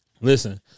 Listen